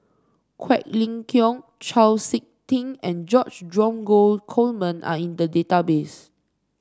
Quek Ling Kiong Chau SiK Ting and George Dromgold Coleman are in the database